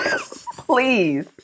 Please